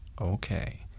Okay